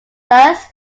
thus